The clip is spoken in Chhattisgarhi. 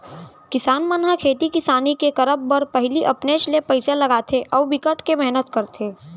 किसान मन ह खेती किसानी के करब बर पहिली अपनेच ले पइसा लगाथे अउ बिकट के मेहनत करथे